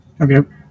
Okay